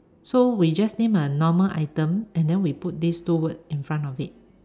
so we just name a normal item and then we put these two words in front of it